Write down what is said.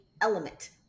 element